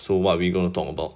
so what are we going to talk about